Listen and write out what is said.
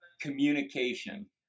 communication